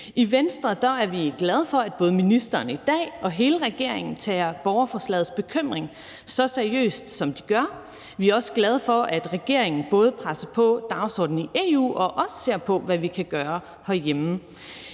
I Venstre er vi glade for, at både ministeren i dag og hele regeringen tager borgerforslagets bekymring så seriøst, som de gør. Vi er også glade for, at regeringen både presser på dagsordenen i EU og også ser på, hvad vi kan gøre herhjemme.